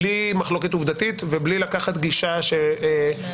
בלי מחלוקת עובדתית ובלי לקחת גישה שלא